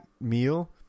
meal